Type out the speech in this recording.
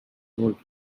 old